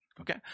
Okay